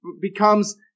becomes